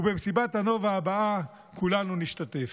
ובמסיבת הנובה הבאה כולנו נשתתף.